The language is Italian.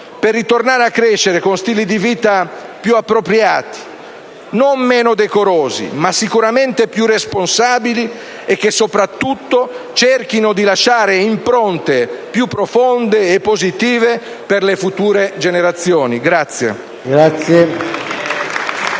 per ritornare a crescere con stili di vita più appropriati, non meno decorosi, ma sicuramente più responsabili e che, soprattutto, cerchino di lasciare impronte più profonde e positive per le future generazioni.